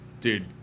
dude